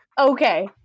Okay